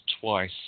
twice